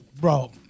bro